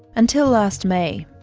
until last may,